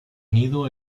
nido